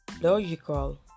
logical